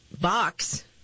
box